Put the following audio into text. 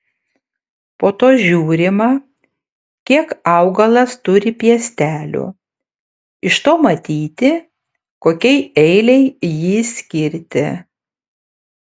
po to žiūrima kiek augalas turi piestelių iš to matyti kokiai eilei jį skirti